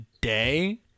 day